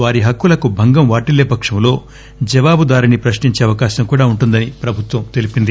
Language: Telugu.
వారి హక్కులకు భంగం వాటిల్లే పక్షంలో జవాబుదారీని ప్రశ్నించే అవకాశం కూడా ఉంటుందని ప్రభుత్వం తెలిపింది